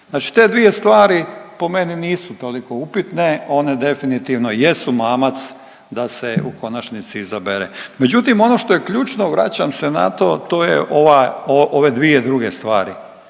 Znači te dvije stvari po meni nisu toliko upitne. One definitivno jesu mamac da se u konačnici izabere. Međutim, ono što je ključno vraćam se na to to je ove dvije druge stvari.